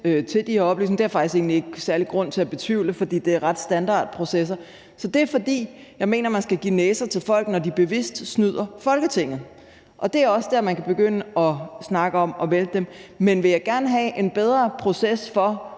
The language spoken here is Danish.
til de her oplysninger, og det har jeg faktisk egentlig ikke nogen særlig grund til at betvivle, for det er ret standardiserede processer. Så det er, fordi jeg mener, man skal give næser til folk, når de bevidst snyder Folketinget. Det er også der, man kan begynde at snakke om at vælte dem. Men vil jeg gerne have en bedre proces for,